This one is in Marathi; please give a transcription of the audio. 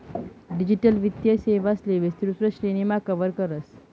डिजिटल वित्तीय सेवांले विस्तृत श्रेणीमा कव्हर करस